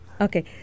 Okay